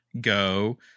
go